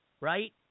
right